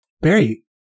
Barry